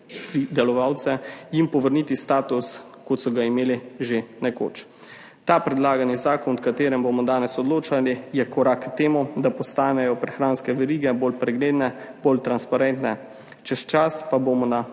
pridelovalce in povrniti status, kot so ga imeli že nekoč. Predlagani zakon, o katerem bomo danes odločali, je korak k temu, da postanejo prehranske verige bolj pregledne, bolj transparentne, čez čas pa bomo na